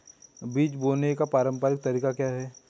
बीज बोने का पारंपरिक तरीका क्या है?